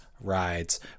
rides